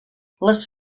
les